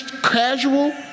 casual